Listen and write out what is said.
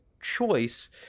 choice